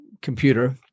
computer